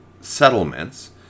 settlements